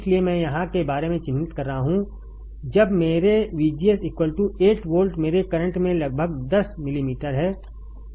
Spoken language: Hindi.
इसलिए मैं यहां के बारे में चिह्नित कर रहा हूं जब मेरे VGS 8 वोल्ट मेरे करंट में लगभग 10 मिलीमीटर है